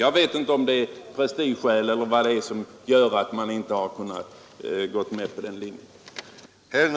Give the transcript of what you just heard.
Jag vet inte om det är prestigeskäl som gör att man inte kunnat gå på den linjen.